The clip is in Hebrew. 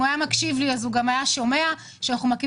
אם הוא היה מקשיב אז הוא היה שומע שאנחנו מקימים